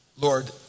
Lord